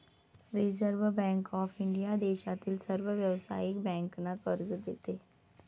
reserve bank of India देशातील सर्व व्यावसायिक बँकांना कर्ज देते